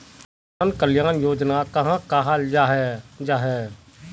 किसान कल्याण योजना कहाक कहाल जाहा जाहा?